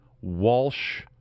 Walsh